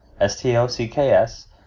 S-T-O-C-K-S